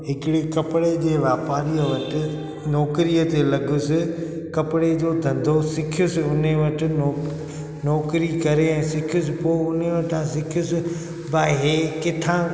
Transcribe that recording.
हिकिड़ी कपिड़े जे वापारीअ वटि नौकिरीअ ते लॻियुसि कपिड़े जो धंधो सिखियुसि उन वटि नौक नौकिरी करे ऐं सिखियुसि पोइ उन वटि सिखियुसि भाई इहो कीथां